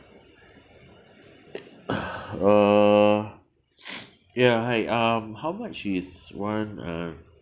uh ya hi um how much is one uh